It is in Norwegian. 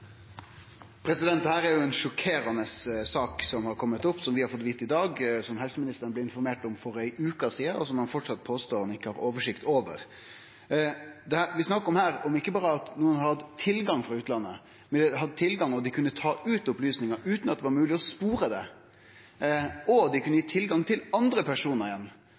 sjokkerande sak som har kome opp, som vi har fått vite om i dag, som helseministeren blei informert om for ei veke sidan, og som han framleis påstår han ikkje har oversikt over. Vi snakkar her ikkje berre om at nokon har hatt tilgang frå utlandet – dei har hatt tilgang og har kunna ta ut opplysningar utan at det har vore mogleg å spore det. Og dei har kunna gi tilgang til andre personar igjen,